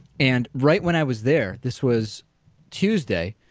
and right when i was there, this was tuesday,